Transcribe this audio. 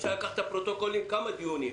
אפשר לקרוא בפרוטוקולים של כמה דיונים.